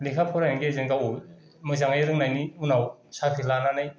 लेखा फरायनायनि गेजेरजों गाव मोजांयै रोंनायनि उनाव साख्रि लानानै